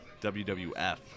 WWF